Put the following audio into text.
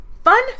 Fun